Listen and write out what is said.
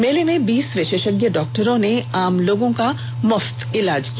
मेले में बीस विषेषज्ञ डॉक्टरों ने आम लोगों का मुफ्त इलाज किया